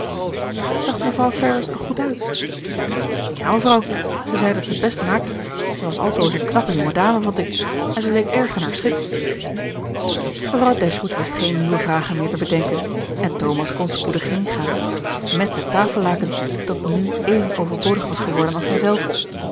zag mevrouw ferrars er goed uit ja mevrouw ze zei dat ze t best maakte ze was altoos een knappe jonge dame vond ik en ze leek erg in haar schik mevrouw dashwood wist geen nieuwe vragen meer te bedenken en thomas kon spoedig heengaan met het tafellaken dat nu even overbodig was geworden als hijzelf